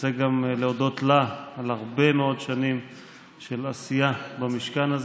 רוצה גם להודות לה על הרבה מאוד שנים של עשייה במשכן הזה.